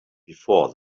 before